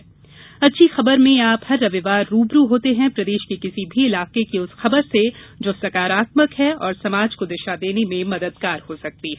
अच्छी खबर में आप हर रविवार रूबरू होते हैं प्रदेश के किसी भी इलाके की उस खबर से जो सकारात्मक है और समाज को दिशा देने में मददगार हो सकती है